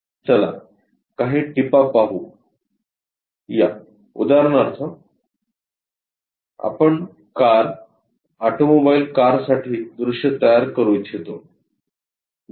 चला काही टिपा पाहू या उदाहरणार्थ आपण कार ऑटोमोबाईल कारसाठी दृश्य तयार करू इच्छितो